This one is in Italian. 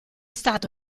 stato